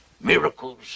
miracles